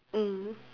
mm